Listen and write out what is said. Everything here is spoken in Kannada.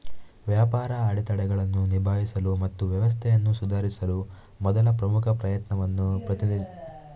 ವ್ಯಾಪಾರ ಅಡೆತಡೆಗಳನ್ನು ನಿಭಾಯಿಸಲು ಮತ್ತು ವ್ಯವಸ್ಥೆಯನ್ನು ಸುಧಾರಿಸಲು ಮೊದಲ ಪ್ರಮುಖ ಪ್ರಯತ್ನವನ್ನು ಪ್ರತಿನಿಧಿಸುತ್ತದೆ